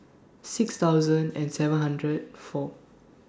six thousand and seven hundred four